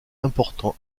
important